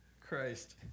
Christ